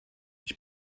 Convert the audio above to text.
ich